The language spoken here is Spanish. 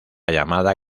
llamada